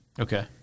Okay